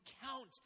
count